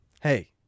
hey